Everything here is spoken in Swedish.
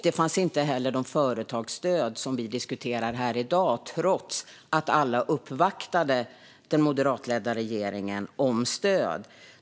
Det fanns inte heller de företagsstöd som vi diskuterar här i dag, trots att alla uppvaktade den moderatledda regeringen om stöd.